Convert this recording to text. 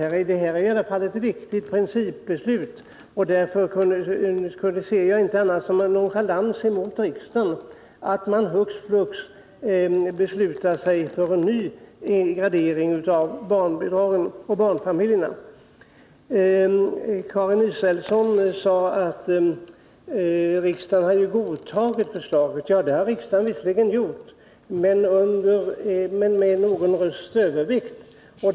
Här rör det sig om ett viktigt principbeslut, och jag kan inte se det som annat än en nonchalans mot riksdagen, att man hux flux beslutar sig för en ny gradering av barnbidragen och barnfamiljerna. Karin Israelsson sade att riksdagen har godtagit förslaget.-Ja, det har riksdagen visserligen gjort men med endast någon rösts övervikt.